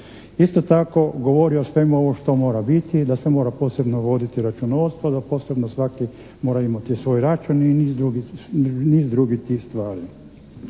Isto tako govori o svemu ovo što mora biti i da se mora posebno voditi računovodstvo, da posebno svaki mora imati svoj račun i niz drugih tih stvari.